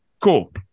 Cool